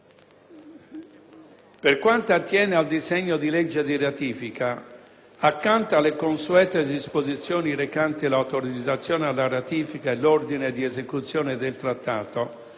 Per quanto attiene al disegno di legge di ratifica, accanto alle consuete disposizioni recanti l'autorizzazione alla ratifica e l'ordine di esecuzione del Trattato,